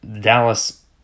Dallas